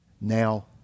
now